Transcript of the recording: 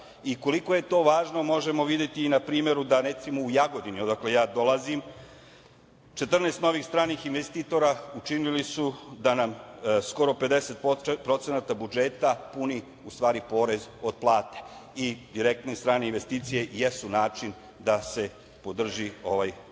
Koliko je to važno možemo videti na primeru da recimo u Jagodini, odakle dolazim, 14 novih stranih investitora učinili su da nam skoro 50% puni u stvari porez od plata i direktne strane investicije jesu način da se podrži ovaj ekonomski